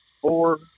four